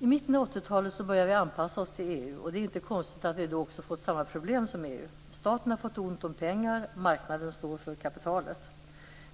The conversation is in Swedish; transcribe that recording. I mitten av 80-talet började vi anpassa oss till EU. Det är inte konstigt att vi då också har fått samma problem som EU. Staten har fått ont om pengar. Marknaden står för kapitalet.